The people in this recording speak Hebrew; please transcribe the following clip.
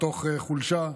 מתוך חולשה,